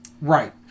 Right